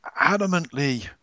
adamantly